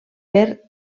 per